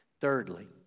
Thirdly